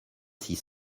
six